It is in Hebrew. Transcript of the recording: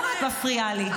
למה את מפריעה לי?